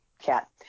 cat